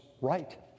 right